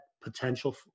potential